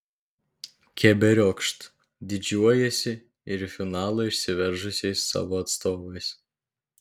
keberiokšt didžiuojasi ir į finalą išsiveržusiais savo atstovais